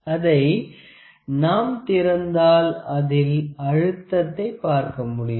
அதை நாம் திறந்தாள் அதில் ஆழத்தை பார்க்க முடியும்